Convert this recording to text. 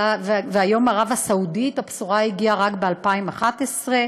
היום, ערב-הסעודית, הבשורה הגיעה רק ב-2011.